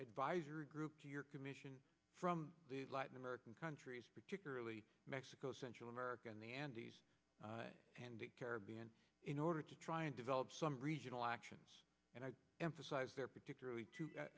advisory group to your commission from latin american countries particularly mexico central america in the andes and the caribbean in order to try and develop some regional actions and i emphasize there particularly